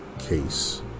case